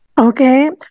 Okay